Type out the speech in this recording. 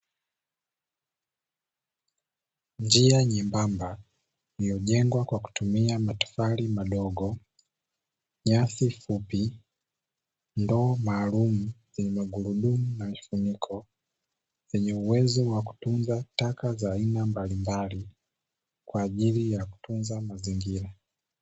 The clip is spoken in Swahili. Njia nyembamba iliyojengwa kwa kutumia matofali madogo, nyasi fupi ndoo maalumu yenye magurudumu na mifuniko, yenye uwezo wa kutunza taka za aina mbalimbali kwa ajili ya kutunza mazingira.